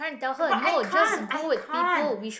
but I can't I can't